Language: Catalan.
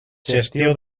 gestió